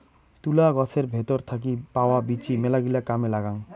তুলা গছের ভেতর থাকি পাওয়া বীচি মেলাগিলা কামে লাগাং